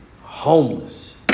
homeless